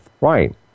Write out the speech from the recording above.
Right